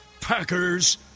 Packers